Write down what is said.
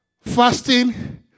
Fasting